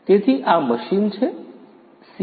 તેથી આ મશીન છે